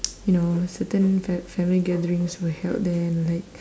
you know certain fa~ family gatherings were held there and like